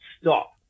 Stop